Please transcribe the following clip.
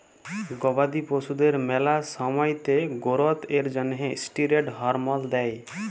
গবাদি পশুদের ম্যালা সময়তে গোরোথ এর জ্যনহে ষ্টিরেড হরমল দেই